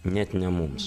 net ne mums